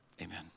Amen